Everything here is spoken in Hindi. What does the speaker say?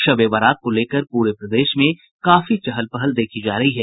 शब ए बारात को लेकर पूरे प्रदेश में काफी चहल पहल देखी जा रही है